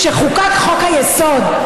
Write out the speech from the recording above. כשחוקק חוק-היסוד,